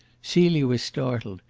celia was startled.